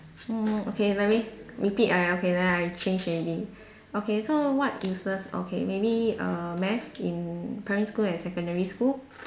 oh okay let me repeat my okay then I change already okay so what useless okay maybe err math in primary school and secondary school